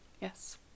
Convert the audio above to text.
Yes